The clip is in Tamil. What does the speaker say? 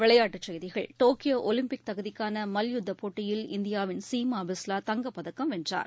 விளையாட்டுச் செய்திகள் டோக்கியோ ஒலிம்பிக் தகுதிக்காளமல்யுத்தப் போட்டியில் இந்தியாவின் சீமாபிஸ்லா தங்கப்பதக்கம் வென்றார்